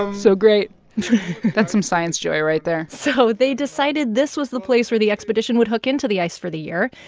and so great that some science joy right there so they decided this was the place where the expedition would hook into the ice for the year.